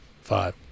five